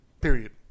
period